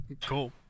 cool